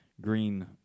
green